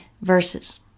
verses